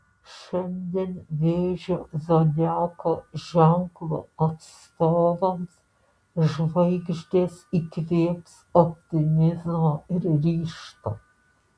šiandien vėžio zodiako ženklo atstovams žvaigždės įkvėps optimizmo ir ryžto